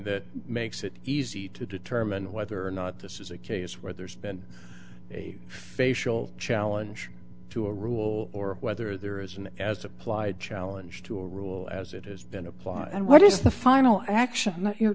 that makes it easy to determine whether or not this is a case where there's been a facial challenge to a rule or whether there is an as applied challenge to a rule as it has been applied and what is the final action cha